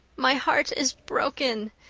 my heart is broken.